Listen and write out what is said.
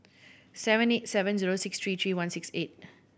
seven eight seven zero six three three one six eight